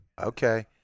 okay